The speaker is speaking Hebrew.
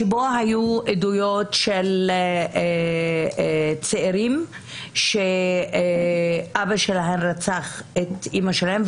שבו היו עדויות של צעירים שאבא שלהם רצח את אימא שלהם,